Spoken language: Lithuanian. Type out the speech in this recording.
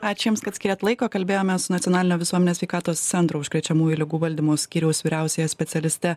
ačiū jums kad skyrėt laiko kalbėjomės su nacionalinio visuomenės sveikatos centro užkrečiamųjų ligų valdymo skyriaus vyriausiąja specialiste